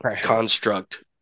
construct